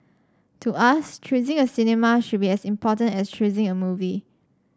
to us choosing a cinema should be as important as choosing a movie